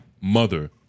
mother